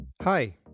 Hi